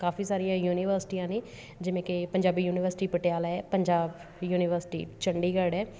ਕਾਫ਼ੀ ਸਾਰੀਆਂ ਯੂਨੀਵਰਸਿਟੀਆਂ ਨੇ ਜਿਵੇਂ ਕਿ ਪੰਜਾਬੀ ਯੂਨੀਵਰਸਿਟੀ ਪਟਿਆਲਾ ਹੈ ਪੰਜਾਬ ਯੂਨੀਵਰਸਿਟੀ ਚੰਡੀਗੜ੍ਹ ਹੈ